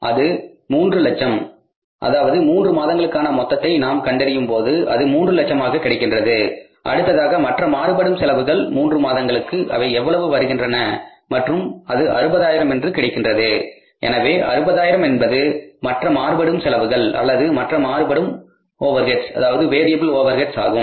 அது 300000 அதாவது மூன்று மாதங்களுக்கான மொத்தத்தை நாம் கண்டறியும்போது அது 3 லட்சமாக கிடைக்கின்றது அடுத்ததாக மற்ற மாறுபடும் செலவுகள் மூன்று மாதங்களுக்கு அவை எவ்வளவு வருகின்றன மற்றும் அது அறுபதாயிரம் என்று கிடைக்கின்றது எனவே 60000 என்பது மற்ற மாறுபடும் செலவுகள் அல்லது மற்ற மாறுபடும் ஓவர்ஹெட்ஸ் ஆகும்